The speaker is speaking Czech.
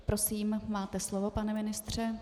Prosím, máte slovo, pane ministře.